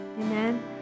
Amen